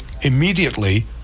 immediately